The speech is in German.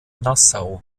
nassau